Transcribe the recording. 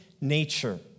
nature